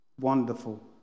Wonderful